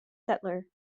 settler